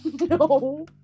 No